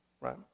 right